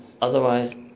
otherwise